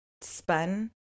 spun